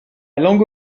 langue